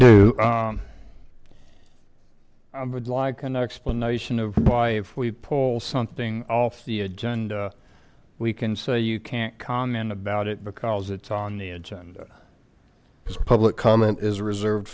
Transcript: do i would like an explanation of why if we pull something off the agenda we can say you can't comment about it because it's on the agenda because public comment is reserved